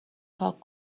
پاک